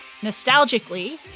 nostalgically